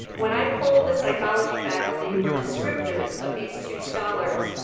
when i polled the psychology faculty for descriptors of these two scholars,